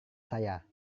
saya